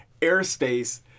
airspace